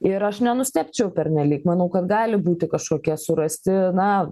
ir aš nenustebčiau pernelyg manau kad gali būti kažkokie surasti na